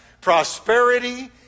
prosperity